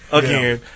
again